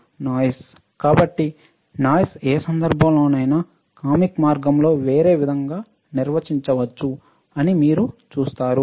కాబట్టి కాబట్టి నాయిస్ ఏ సందర్భంలోనైనా కామిక్ మార్గంలో వేరే విధంగా నిర్వచించవచ్చు మీరు అని చూస్తారు